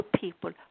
people